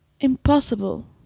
impossible